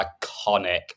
iconic